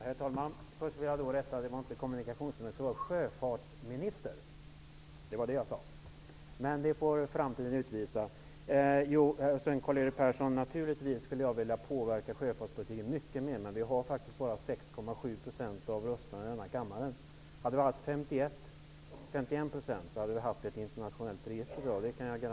Herr talman! Det var inte kommunikationsminister utan det var sjöfartsminister. Men det får framtiden utvisa. Naturligtvis skulle jag vilja påverka sjöfartspolitiken mycket mer, Karl-Erik Persson. Men Ny demokrati har faktiskt bara 6,7 % av rösterna i denna kammare. Hade vi haft 51 % kan jag garantera att det hade funnits ett internationellt register i dag.